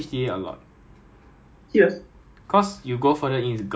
so from my house to Gedong ah 因为我我家楼下就有 nine seven five 了 [what]